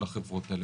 החברות האלה?